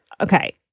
okay